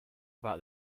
about